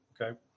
okay